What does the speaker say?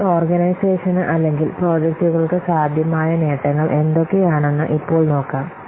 ഒരു ഓർഗനൈസേഷന് അല്ലെങ്കിൽ പ്രോജക്റ്റുകൾക്ക് സാധ്യമായ നേട്ടങ്ങൾ എന്തൊക്കെയാണെന്ന് ഇപ്പോൾ നോക്കാം